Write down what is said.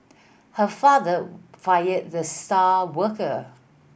her father fired the star worker